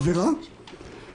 קבוצה גדולה,